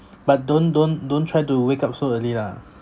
but don't don't don't try to wake up so early lah